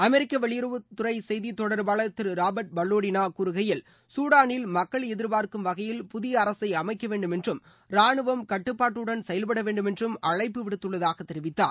அமெரிக்க வெளியுறவுத்துறை செய்தி தொடர்பாளார் திரு ராபர்ட் பல்லாடினோ கூறுகையில் சூடானில் மக்கள் எதிர்பார்க்கும் வகையில் புதிய அரசை அமைக்கவேண்டும் என்றும் ராணுவம் கட்டுப்பாட்டுடன் செயல்படவேண்டும் என்றும் அழைப்பு விடுத்துள்ளதாக தெரிவித்தார்